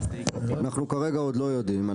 אנחנו כרגע עוד לא יודעים.